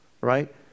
right